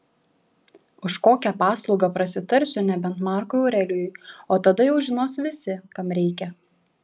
už kokią paslaugą prasitarsiu nebent markui aurelijui o tada jau žinos visi kam reikia